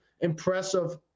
impressive